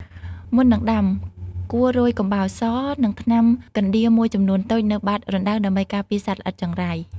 មុននឹងដាំ គួររោយកំបោរស និងថ្នាំកណ្ដៀរមួយចំនួនតូចនៅបាតរណ្តៅដើម្បីការពារសត្វល្អិតចង្រៃ។